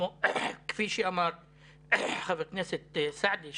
כפי שאמר חבר הכנסת סעדי,